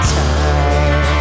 time